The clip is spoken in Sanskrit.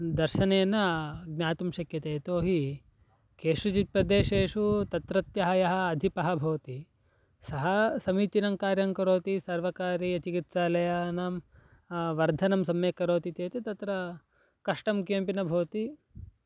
दर्शनेन ज्ञातुं शक्यते यतोहि केषुचित् प्रदेशेषु तत्रत्यः यः अधिपः भवति सः समीचीनङ्कार्यं करोति सर्वकारीयचिकित्सालयानां वर्धनं सम्यक् करोति चेत् तत्र कष्टं किमपि न भवति